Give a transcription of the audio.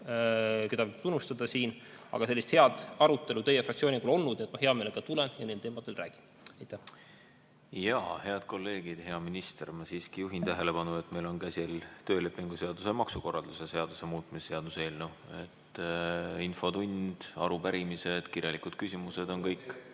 keda võib tunnustada, aga sellist head arutelu teie fraktsiooniga pole olnud. Nii et ma hea meelega tulen ja nendel teemadel räägin. Head kolleegid ja hea minister! Ma siiski juhin tähelepanu, et meil on käsil töölepingu seaduse ja maksukorralduse seaduse muutmise seaduse eelnõu. Infotund, arupärimised, kirjalikud küsimused on kõik